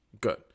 Good